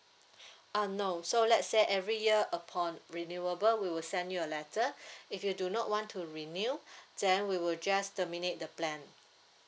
uh no so let's say every year upon renewable we will send you a letter if you do not want to renew then we will just terminate the plan